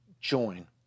Join